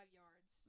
yards